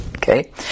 Okay